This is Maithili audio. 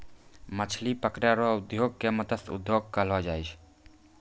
मछली पकड़ै रो उद्योग के मतस्य उद्योग कहलो जाय छै